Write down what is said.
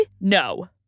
no